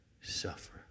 suffer